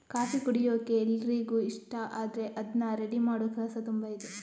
coffee ಕುಡಿಯೋಕೆ ಎಲ್ರಿಗೂ ಇಷ್ಟ ಆದ್ರೆ ಅದ್ನ ರೆಡಿ ಮಾಡೋ ಕೆಲಸ ತುಂಬಾ ಇದೆ